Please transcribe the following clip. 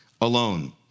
alone